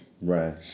Right